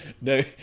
no